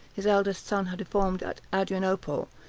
his eldest son, had formed, at adrianople,